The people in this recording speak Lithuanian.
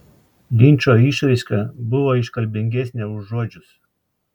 linčo išraiška buvo iškalbingesnė už žodžius